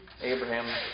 Abraham